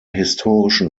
historischen